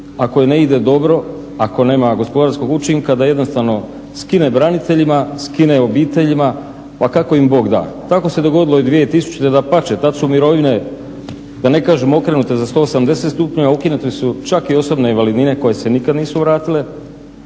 ako joj ne ide dobro, ako nema gospodarskog učinka da jednostavno skine braniteljima, skine obiteljima pa kako im Bog da. Tako se dogodilo i 2000., dapače tad su mirovine da ne kažem okrenute za 180 stupnjeva, ukinute su čak i osobne invalidnine koje se nikad nisu vratile.